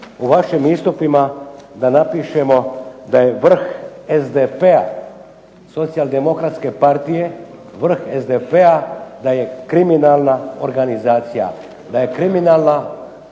u vašim istupima da napišemo da je vrh SDP-a, Socijaldemokratske partije vrh SDP-a da je kriminalna organizacija, da je kriminalna